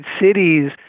cities –